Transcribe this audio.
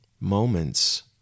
moments